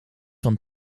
van